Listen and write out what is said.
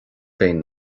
féin